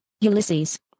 Ulysses